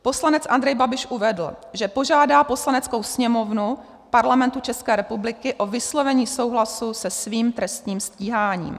Poslanec Andrej Babiš uvedl, že požádá Poslaneckou sněmovnu Parlamentu České republiky o vyslovení souhlasu se svým trestním stíháním.